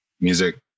music